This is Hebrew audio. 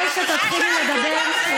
כדאי שתתחילי לדבר.